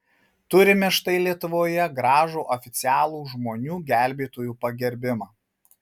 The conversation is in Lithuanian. turime štai lietuvoje gražų oficialų žmonių gelbėtojų pagerbimą